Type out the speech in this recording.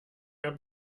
mehr